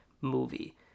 movie